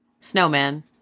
snowman